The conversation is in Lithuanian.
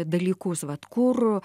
dalykus vat kur